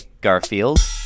Garfield